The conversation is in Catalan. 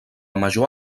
major